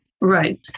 Right